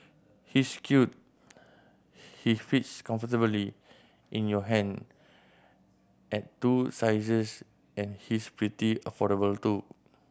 he's cute he fits comfortably in your hand at two sizes and he's pretty affordable too